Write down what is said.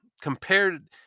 compared